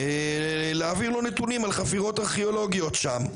להעביר לו נתונים על חפירות ארכיאולוגיות שם,